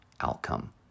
outcome